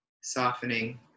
softening